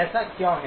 ऐसा क्यों है